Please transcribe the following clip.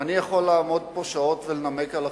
אני יכול לעמוד פה שעות ולנמק על החשיבות.